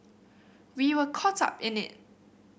we were caught up in it